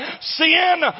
sin